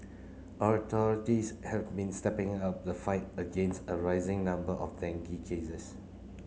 authorities have been stepping up the fight against a rising number of dengue cases